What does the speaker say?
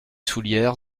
soullieres